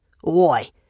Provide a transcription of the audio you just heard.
Why